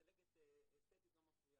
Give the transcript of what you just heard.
צלקת אסטטית לא מפריעה.